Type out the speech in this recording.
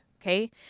Okay